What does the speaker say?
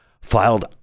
filed